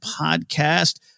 Podcast